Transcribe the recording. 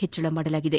ಹೆಚ್ಚಳ ಮಾಡಲಾಗಿದೆ